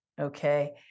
okay